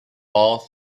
all